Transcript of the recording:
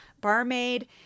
barmaid